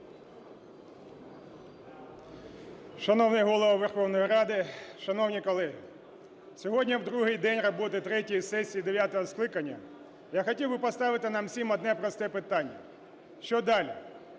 Шановний Голово Верховної Ради, шановні колеги! Сьогодні, в другий день роботи третьої сесії дев'ятого скликання, я хотів би поставити нам всім одне просте питання: що далі.